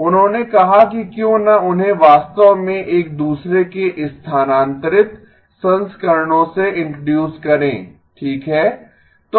उन्होंने कहा कि क्यों न उन्हें वास्तव में एक दूसरे के स्थानांतरित संस्करणों से इंट्रोडूस करें ठीक है